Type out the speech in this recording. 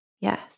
yes